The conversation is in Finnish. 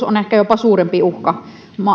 on itse asiassa ehkä jopa suurempi uhka